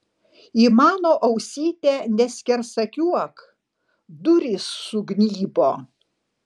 į mano ausytę neskersakiuok durys sugnybo